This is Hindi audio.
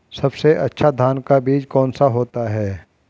सबसे अच्छा धान का बीज कौन सा होता है?